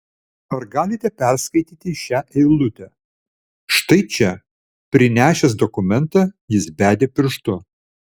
ar galite perskaityti šią eilutę štai čia prinešęs dokumentą jis bedė pirštu